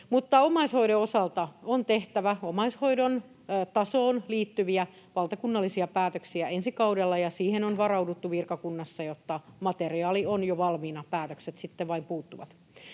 omaishoidon osalta on tehtävä omaishoidon tasoon liittyviä valtakunnallisia päätöksiä ensi kaudella, ja siihen on varauduttu virkakunnassa, jotta materiaali on jo valmiina, päätökset sitten vain puuttuvat.